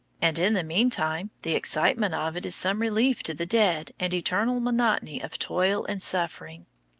and in the mean time the excitement of it is some relief to the dead and eternal monotony of toil and suffering.